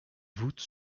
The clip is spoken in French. voulte